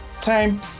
time